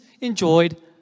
enjoyed